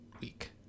week